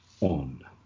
on